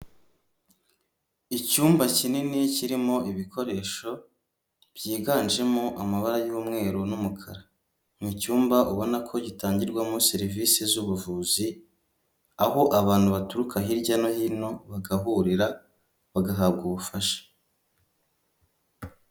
Icyumba kinini kirimo ibikoresho byiganjemo amabara y'umweru n'umukara, ni icyumba ubona ko gitangirwamo serivisi z'ubuvuzi, aho abantu baturuka hirya no hino bagahurira bagahabwa ubufasha.